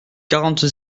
quarante